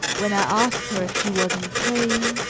when i asked her if she was in pain,